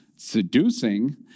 seducing